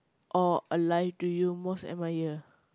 or alive do you most admire